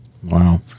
wow